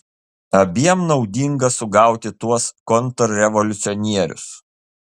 abiem naudinga sugauti tuos kontrrevoliucionierius